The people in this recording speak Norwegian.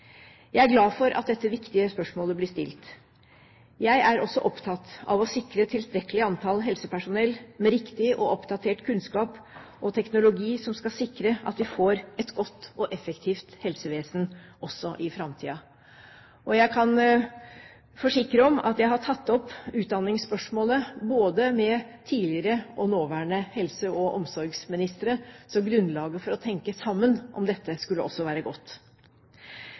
Jeg er glad for at dette viktige spørsmålet blir stilt. Jeg er også opptatt av å sikre tilstrekkelig antall helsepersonell med riktig og oppdatert kunnskap og teknologi som skal sikre at vi får et godt og effektivt helsevesen – også i framtiden. Jeg kan forsikre om at jeg har tatt opp utdanningsspørsmålet både med tidligere og nåværende helse- og omsorgsminister, så grunnlaget for å tenke sammen om dette skulle være godt.